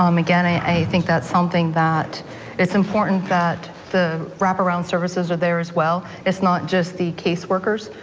um again, i think that's something that it's important that the wraparound services are there as well. it's not just the caseworkers.